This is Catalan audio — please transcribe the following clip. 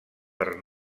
per